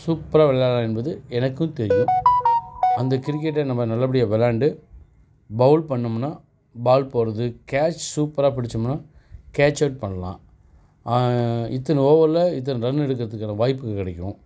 சூப்பராக விளையாடலாம் என்பது எனக்கும் தெரியும் அந்த கிரிக்கெட்டை நம்ம நல்லபடியாக விளாண்டு பவுல் பண்ணோம்னா பால் போடுறது கேட்ச் சூப்பராக புடிச்சம்னா கேட்ச் அவுட் பண்ணலாம் இத்தனை ஓவரில் இத்தனை ரன் எடுக்கிறதுக்கான வாய்ப்பு கிடைக்கும்